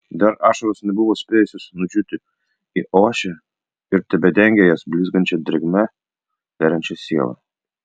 dar ašaros nebuvo spėjusios nudžiūti į ošę ir tebedengė jas blizgančia drėgme veriančia sielą